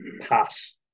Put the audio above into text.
pass